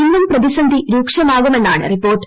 ഇന്നും പ്രതിസന്ധി രൂക്ഷമാകുമെന്നാണ് റിപ്പോർട്ട്